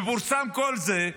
פורסם כל זה,